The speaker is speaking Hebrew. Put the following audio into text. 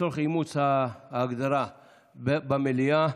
לצורך אימוץ ההגדרה למליאה.